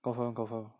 confirm confirm